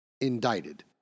indicted